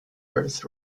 earth